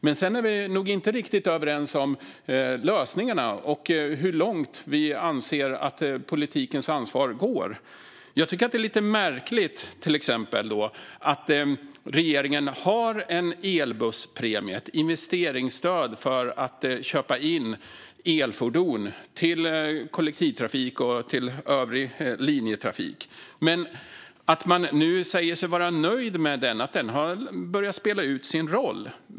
Men vi är nog inte riktigt överens om lösningarna eller om hur långt vi anser att politikens ansvar går. Jag tycker till exempel att det är lite märkligt att regeringen har en elbusspremie, ett investeringsstöd, för att köpa in elfordon till kollektivtrafik och övrig linjetrafik, men nu säger att man är nöjd med den och att den har börjat spela ut sin roll.